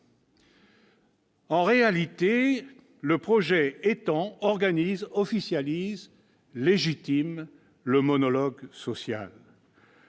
En réalité, ce projet étend, organise, officialise, légitime le monologue social,